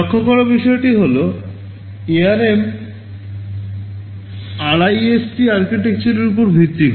লক্ষ্য করার বিষয়টি হল ARM আরআইএসসি আর্কিটেকচারের উপর ভিত্তি করে